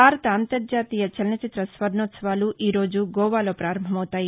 భారత అంతర్జాతీయ చలన చిత్ర స్వర్ణోత్సవాలు ఈ రోజు గోవా లో ప్రారంభమవుతాయి